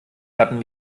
hatten